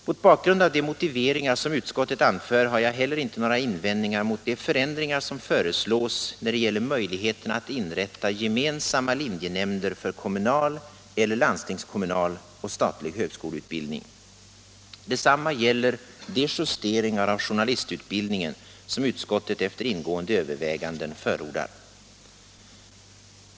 Mot bakgrund av de motiveringar som utskottet anför har jag heller inte några invändningar mot de förändringar som föreslås när det gäller möjligheterna att inrätta gemensamma linjenämnder för kommunal eller landstingskommunal och statlig högskoleutbildning. Detsamma gäller de justeringar av journalistutbildningen som utskottet efter ingående överväganden förordar.